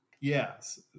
Yes